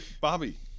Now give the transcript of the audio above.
Bobby